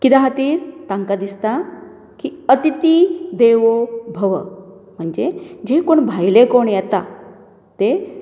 कित्या खातीर तांकां दिसता की अतिथी देवो भव म्हणजे जे कोण भायले कोण येता ते